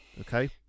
okay